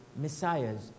Messiahs